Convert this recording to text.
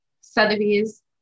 Sotheby's